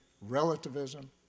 relativism